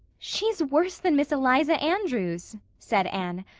she's worse than miss eliza andrews, said anne.